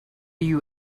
you